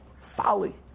Folly